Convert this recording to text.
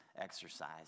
exercise